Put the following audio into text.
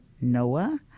Noah